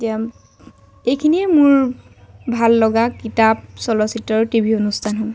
এয়া এইখিনিয়ে মোৰ ভাল লগা কিতাপ চলচিত্ৰ আৰু টি ভি অনুষ্ঠানসমূহ